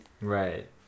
Right